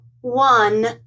one